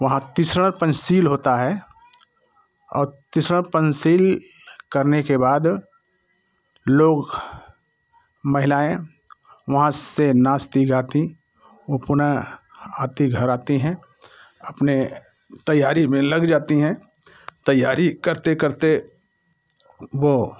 वहाँ तीसरा पंचशील होता है और तीसरा पंचशील करने के बाद लोग महिलाएँ वहाँ से नाचती गाती वो अपना आती घर आती हैं अपने तैयारी में लग जाती हैं तैयारी करते करते वो